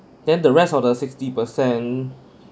then the rest of the sixty percent